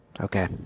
Okay